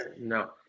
no